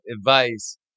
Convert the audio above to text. advice